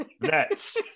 Nets